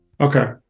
Okay